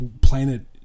planet